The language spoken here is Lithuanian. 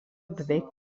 beveik